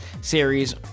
series